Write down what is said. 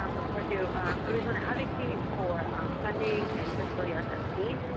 um of course you always want to advocate for funding in fiscal year thirteen.